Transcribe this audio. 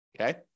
Okay